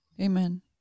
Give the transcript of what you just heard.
Amen